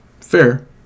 Fair